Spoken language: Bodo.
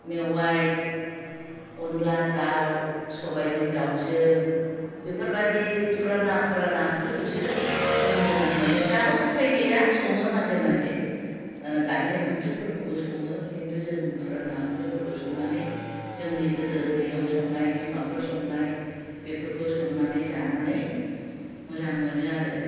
मेवाइ अनद्ला दाउ सबायजों दाउजों बेफोरबादि फुराना फुराना ओंख्रिखौसो जों मोजां मोनो दाबो उफाय गैया सङो माजे माजे दानि ओंख्रिबो सङो खिन्थु जों फुराना ओंख्रिफोरखौ संनानै जोंनि गोदो उन्दैयाव संनाय बिमाफोर संनाय बेफोरखौ संनानै जानानै मोजां मोनो आरो